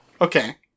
Okay